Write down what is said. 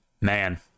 Man